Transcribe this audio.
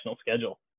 schedule